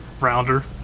rounder